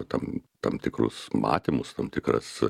tam tam tikrus matymus tam tikras